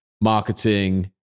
marketing